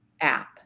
app